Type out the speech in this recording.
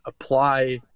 apply